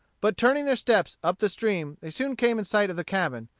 but turning their steps up the stream, they soon came in sight of the cabin,